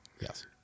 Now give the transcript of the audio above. Yes